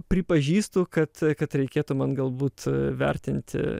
pripažįstu kad kad reikėtų man galbūt vertinti